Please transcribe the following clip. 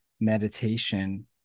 meditation